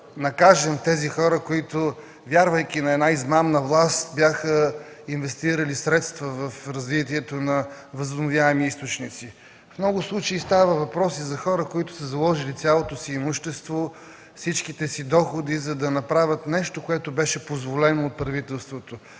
накажем тези хора, които вярвайки на една измамна власт, бяха инвестирали средства в развитието на възобновяеми източници. В много случаи става въпрос и за хора, които са заложили цялото си имущество, всичките си доходи, за да направят нещо, което беше позволено от правителството.